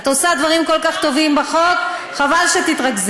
את עושה דברים כל כך טובים בחוק, חבל שתתרגזי.